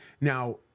Now